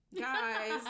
Guys